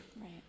Right